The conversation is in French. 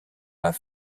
pas